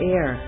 Air